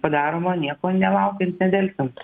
padaroma nieko nelaukiant nedelsiant